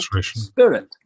spirit